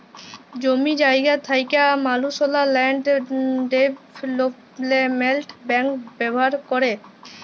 জমি জায়গা থ্যাকা মালুসলা ল্যান্ড ডেভলোপমেল্ট ব্যাংক ব্যাভার ক্যরে